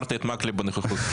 שעברת את מקלב בנוכחות.